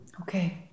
Okay